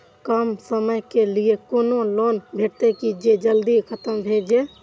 कम समय के लीये कोनो लोन भेटतै की जे जल्दी खत्म भे जे?